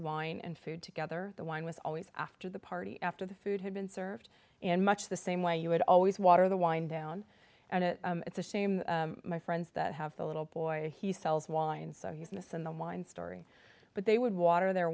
wine and food together the wine was always after the party after the food had been served in much the same way you would always water the wind down and it's a shame my friends that have the little boy he sells wine so he's missing the wine story but they would water their